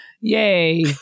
Yay